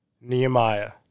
Nehemiah